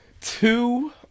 Two